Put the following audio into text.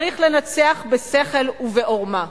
צריך לנצח בשכל ובעורמה,